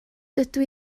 dydw